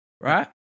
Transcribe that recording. right